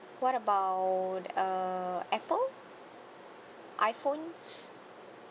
what about err apple iphones